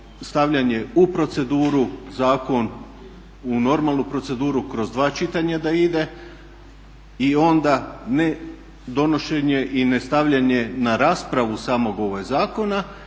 stavljen je u proceduru zakon u normalnu proceduru kroz 2 čitanja da ide i onda ne donošenje i ne stavljanje na raspravu samog ovog zakona.